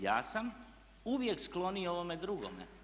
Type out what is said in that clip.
Ja sam uvijek skloniji ovome drugome.